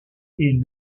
est